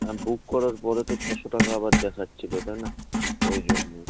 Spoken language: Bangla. আর বুক করার পরে তো ছশো টাকা আবার দেখাচ্ছিল তাই না ওই জন্যই